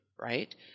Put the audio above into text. right